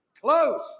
Close